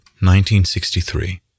1963